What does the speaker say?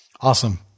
Awesome